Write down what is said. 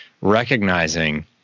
recognizing